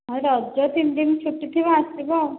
ହଁ ରଜ ତିନି ଦିନ ଛୁଟି ଥିବ ଆସିବ ଆଉ